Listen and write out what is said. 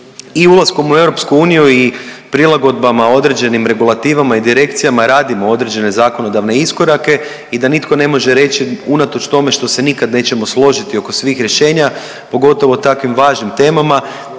i ulaskom u EU i prilagodbama određenim regulativama i direkcijama radimo određene zakonodavne iskorake i da nitko ne može reći unatoč tome što se nikad nećemo složiti oko svih rješenja, pogotovo o takvim važnim temama,